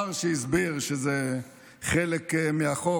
השר שהסביר שזה חלק מהחוק,